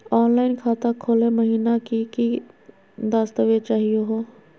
Online खाता खोलै महिना की की दस्तावेज चाहीयो हो?